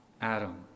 Adam